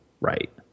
right